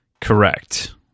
Correct